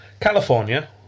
California